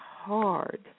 hard